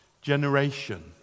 generation